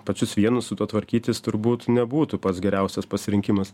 pačius vienus su tuo tvarkytis turbūt nebūtų pats geriausias pasirinkimas